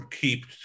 Keep